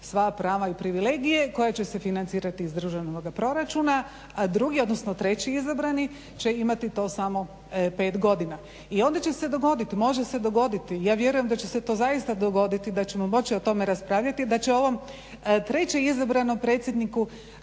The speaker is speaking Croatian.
sva prava i privilegije koje će se financirati iz državnoga proračuna, drugi odnosno treći izabrani će imati to samo pet godina. I onda će se dogoditi, može se dogoditi, ja vjerujem da će se to zaista dogoditi, da ćemo moći o tome raspravljati da će ovom trećem izabranom predsjedniku